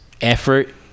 effort